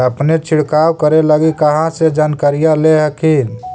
अपने छीरकाऔ करे लगी कहा से जानकारीया ले हखिन?